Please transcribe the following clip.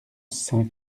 saint